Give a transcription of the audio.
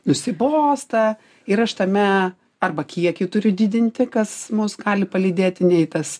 nusibosta ir aš tame arba kiekį turi didinti kas mus gali palydėti nei tas